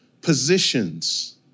positions